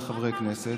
הגיעו חברי כנסת